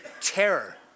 terror